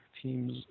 Teams